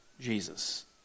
Jesus